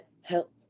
help